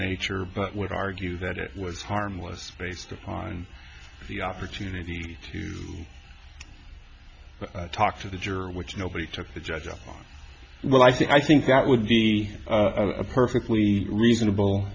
nature but would argue that it was harmless based upon the opportunity to talk to the jury which nobody took to judge oh well i think i think that would be a perfectly reasonable